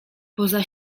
poza